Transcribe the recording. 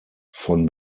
von